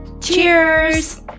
Cheers